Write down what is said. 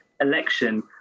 election